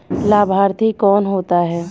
लाभार्थी कौन होता है?